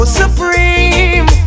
supreme